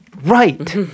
right